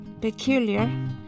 peculiar